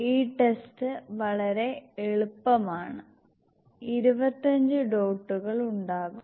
ഈ ടെസ്റ്റ് വളരെ എളുപ്പമാണ് 25 ഡോട്ടുകൾ ഉണ്ടാകും